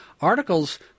articles